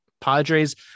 Padres